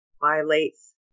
violates